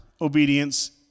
obedience